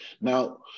Now